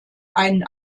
einen